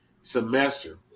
semester